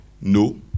no